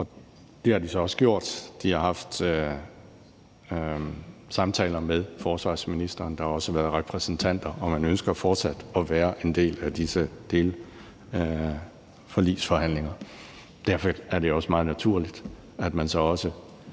Det har de så også gjort. De har haft samtaler med forsvarsministeren. Der har også været repræsentanter, og man ønsker fortsat at være en del af disse delforligsforhandlinger. Derfor er det meget naturligt, at man så også